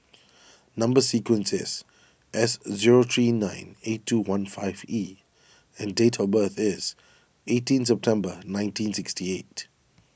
Number Sequence is S zero three nine eight two one five E and date of birth is eighteen September nineteen sixty eight